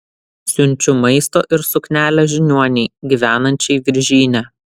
siunčiu maisto ir suknelę žiniuonei gyvenančiai viržyne